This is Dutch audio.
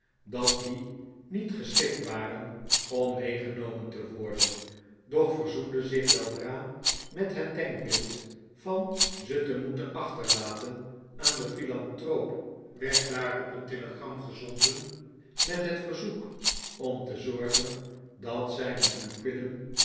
dat die niet geschikt waren om meegenomen te worden doch verzoende zich weldra met het denkbeeld van ze te moeten achterlaten aan den philanthroop werd daarop een telegram gezoiylen met het verzoek om te zorgen dat zyne pupillen